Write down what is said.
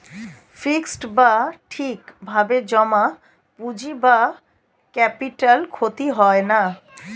fixed বা ঠিক ভাবে জমা পুঁজি বা ক্যাপিটাল ক্ষতি হয় না